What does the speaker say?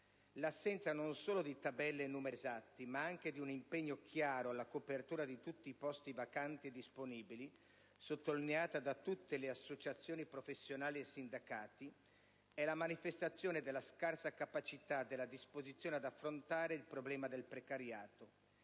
L'assenza non solo di tabelle e numeri esatti, ma anche di un impegno chiaro alla copertura di tutti i posti vacanti disponibili, sottolineata da tutte le associazioni professionali e sindacati, è la manifestazione della scarsa capacità della disposizione ad affrontare il problema del precariato.